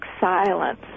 silence